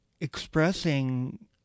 expressing